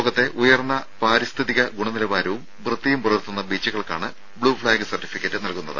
ലോകത്തെ ഉയർന്ന പാരിസ്ഥിതിക ഗുണനിലവാരവും വൃത്തിയും പുലർത്തുന്ന ബീച്ചുകൾക്കാണ് ബ്ലൂഫ്ലാഗ് സർട്ടിഫിക്കറ്റ് നൽകുന്നത്